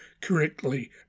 correctly